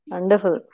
Wonderful